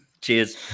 Cheers